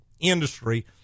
industry